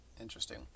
Interesting